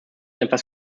etwas